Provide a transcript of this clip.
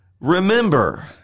Remember